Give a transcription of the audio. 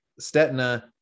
Stetna